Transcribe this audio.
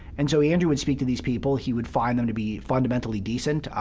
and so andrew would speak to these people. he would find them to be fundamentally decent,